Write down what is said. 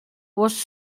was